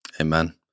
Amen